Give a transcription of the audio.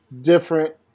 different